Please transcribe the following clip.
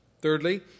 Thirdly